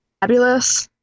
fabulous